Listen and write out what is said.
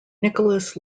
nicholas